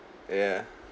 ya